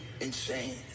insane